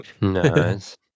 Nice